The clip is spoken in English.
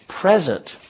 present